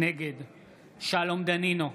נגד שלום דנינו,